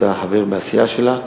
שאתה חבר בסיעה שלה,